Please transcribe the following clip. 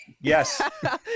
Yes